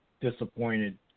disappointed